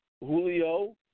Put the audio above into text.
Julio